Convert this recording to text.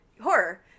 horror